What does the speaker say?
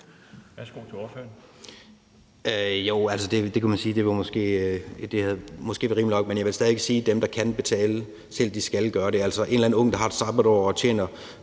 Jens Meilvang (LA): Det kan man sige måske ville være rimeligt nok, men jeg vil stadig væk sige, at dem, der kan betale selv, skal gøre det. Altså, en eller anden ung, der har et sabbatår og tjener